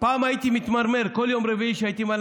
הייתי מתמרמר בכל יום רביעי כשהייתי מעלה